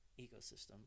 ecosystem